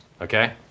okay